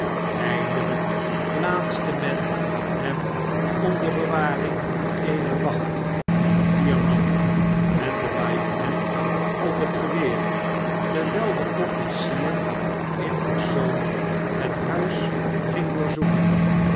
eindelijk plaatste men hem onder bewaring eener wacht van vier man met de bajonet op het geweer terwijl de offieier in persoon het huis ging